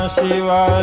Shiva